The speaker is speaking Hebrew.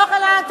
יוחנן,